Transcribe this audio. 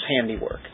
handiwork